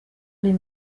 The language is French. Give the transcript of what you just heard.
les